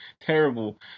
terrible